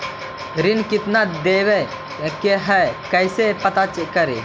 ऋण कितना देवे के है कैसे पता करी?